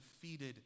defeated